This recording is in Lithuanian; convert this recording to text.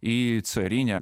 į carinę